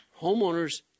homeowners